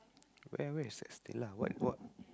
where where is that stellar wh~ what